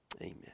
Amen